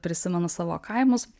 prisimena savo kaimus